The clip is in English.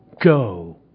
Go